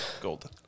golden